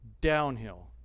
downhill